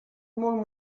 molt